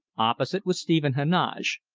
opposite was stephen heneage,